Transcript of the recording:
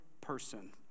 person